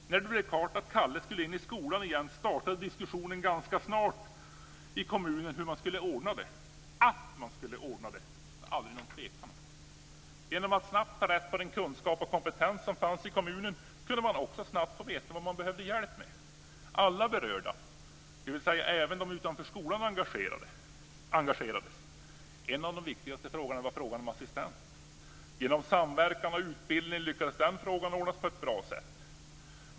När det blev klart att Kalle skulle in i skolan igen startade diskussionen ganska snart i kommunen om hur man skulle ordna det. Att man skulle ordna det var det aldrig någon tvekan om. Genom att snabbt ta rätt på den kunskap och kompetens som fanns i kommunen kunde man också snabbt få veta vad man behövde hjälp med. Alla berörda, dvs. även de utanför skolan, engagerades. En av de viktigaste frågorna var den om assistent. Genom samverkan och utbildning lyckades man ordna den frågan på ett bra sätt.